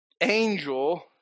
angel